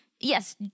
yes